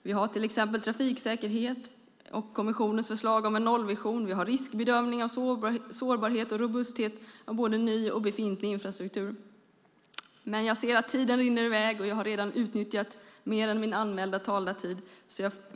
Vi har till exempel trafiksäkerhet och kommissionens förslag om en nollvision. Vi har riskbedömning av sårbarhet och robusthet av både ny och befintlig infrastruktur. Men jag ser att tiden rinner iväg, och jag har redan utnyttjat mer än min anmälda talartid.